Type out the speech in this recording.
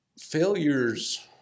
Failures